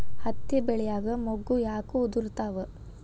ಹತ್ತಿ ಬೆಳಿಯಾಗ ಮೊಗ್ಗು ಯಾಕ್ ಉದುರುತಾವ್?